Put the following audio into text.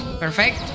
Perfect